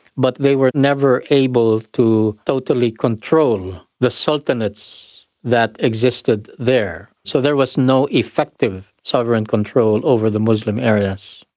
but they were never able to totally control the sultanates that existed there. so there was no effective sovereign control over the muslim areas.